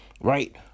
Right